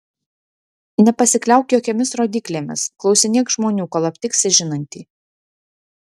nepasikliauk jokiomis rodyklėmis klausinėk žmonių kol aptiksi žinantį